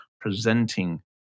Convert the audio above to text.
presenting